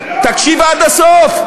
תקשיב עד הסוף.